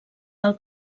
del